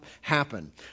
happen